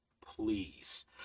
Please